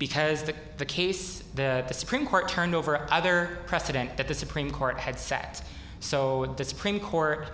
because the case the supreme court turned over other precedent that the supreme court had set so with the supreme court